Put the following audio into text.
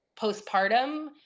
postpartum